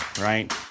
right